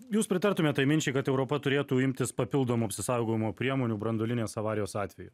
jūs pritartumėt tai minčiai kad europa turėtų imtis papildomų apsisaugojimo priemonių branduolinės avarijos atveju